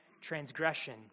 transgression